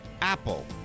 apple